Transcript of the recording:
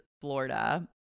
Florida